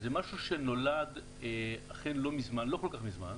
זה משהו שנולד אכן לא כל כך מזמן.